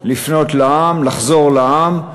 לפנות לעם, לחזור לעם,